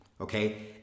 Okay